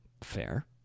Fair